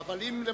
אבל אם,